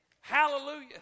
Hallelujah